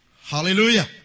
Hallelujah